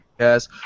Yes